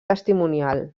testimonial